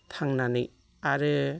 थांनानै आरो